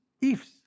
ifs